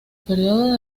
período